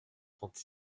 trente